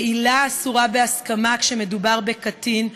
בעילה אסורה בהסכמה כשמדובר בקטין,